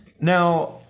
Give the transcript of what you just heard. Now